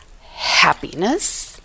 happiness